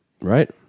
Right